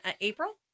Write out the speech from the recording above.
April